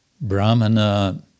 Brahmana